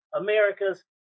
America's